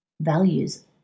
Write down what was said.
values